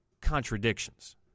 contradictions